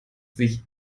sich